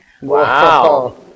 Wow